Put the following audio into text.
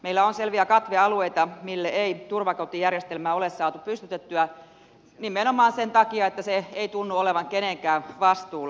meillä on selviä katvealueita joille ei turvakotijärjestelmää ole saatu pystytettyä nimenomaan sen takia että se ei tunnu olevan kenenkään vastuulla